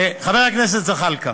חבר הכנסת זחאלקה.